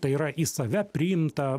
tai yra į save priimtą